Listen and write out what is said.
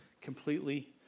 completely